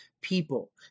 people